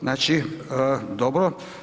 Znači, dobro.